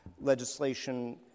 legislation